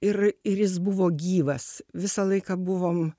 ir ir jis buvo gyvas visą laiką buvom